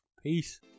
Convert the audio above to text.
Peace